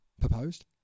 Proposed